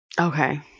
Okay